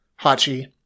Hachi